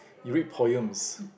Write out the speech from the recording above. you read poems